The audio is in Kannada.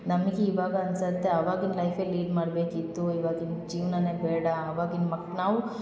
ನಮ್ಗೆ ಇವಾಗ ಅನ್ಸುತ್ತೆ ಅವಾಗಿಂದ ಲೈಫೆ ಲೀಡ್ ಮಾಡಬೇಕಿತ್ತು ಇವಾಗಿಂದ ಜೀವನವೇ ಬೇಡ ಅವಾಗಿಂದ ಮಕ್ ನಾವು